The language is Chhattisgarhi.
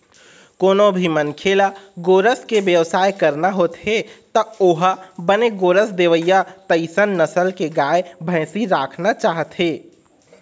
कोनो भी मनखे ल गोरस के बेवसाय करना होथे त ओ ह बने गोरस देवय तइसन नसल के गाय, भइसी राखना चाहथे